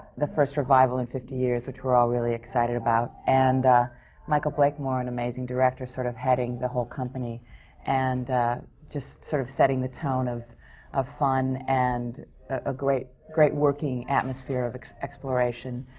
the first revival in fifty years, which we're all really excited about. and michael blakemore, an amazing director, sort of heading the whole company and just sort of setting the tone of of fun and a great great working atmosphere of exploration.